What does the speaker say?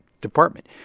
department